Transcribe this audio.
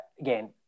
again